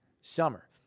summer